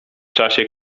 czasie